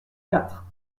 quatre